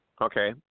Okay